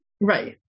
Right